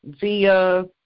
via